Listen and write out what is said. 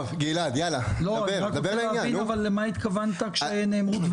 כל הקהילה ואת כל